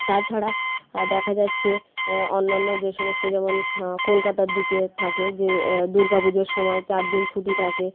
তাছাড়া দেখা যাচ্ছে অন্যান্য যে সমস্ত যেমন কলকাতার দিকে থাকে যে দুর্গা পুজোর সময় চার দিন ছুটি থাকে